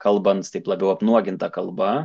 kalbant taip labiau apnuoginta kalba